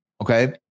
okay